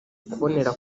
kubonera